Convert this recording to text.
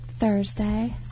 Thursday